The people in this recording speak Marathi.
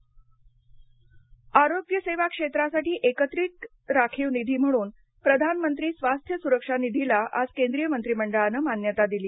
स्वास्थ्य सुरक्षा निधी आरोग्यसेवा क्षेत्रासाठी एकत्रित राखीव निधी म्हणून प्रधान मंत्री स्वास्थ्य सुरक्षा निधीला आज केंद्रीय मंत्रीमंडळानं मान्यता दिली